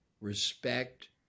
respect